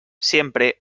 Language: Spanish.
siempre